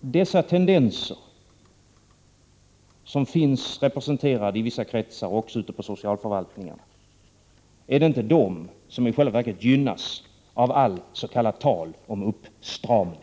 Är det inte i själva verket dessa tendenser, som också finns representerade i vissa kretsar ute på socialförvaltningarna, som gynnas av allt tal om s.k. uppstramning?